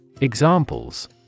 Examples